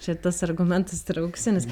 čia tas argumentas yra auksinis